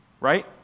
right